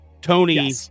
Tony